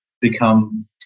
become